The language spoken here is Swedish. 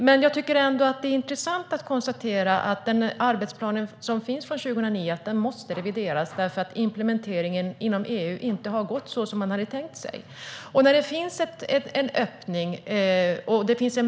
Det är dock ändå intressant att konstatera att arbetsplanen från 2009 måste revideras, för implementeringen inom EU har inte gått så som man tänkt sig.